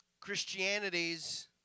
Christianity's